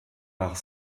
nach